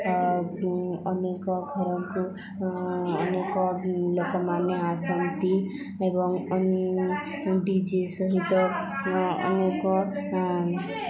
ଅନେକ ଘରକୁ ଅନେକ ଲୋକମାନେ ଆସନ୍ତି ଏବଂ ଡ଼ିଜେ ସହିତ ଅନେକ